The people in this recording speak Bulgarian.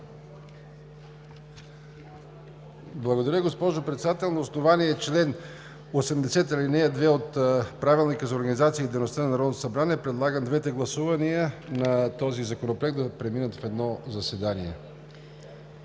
Благодаря, госпожо Председател. На основание чл. 80, ал. 2 от Правилника за организацията и дейността на Народното събрание предлагам двете гласувания на този Законопроект да преминат в едно заседание.